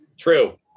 True